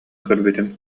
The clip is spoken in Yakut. көрбүтүм